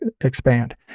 expand